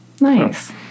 nice